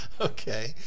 Okay